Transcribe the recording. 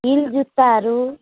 hill जुत्ताहरू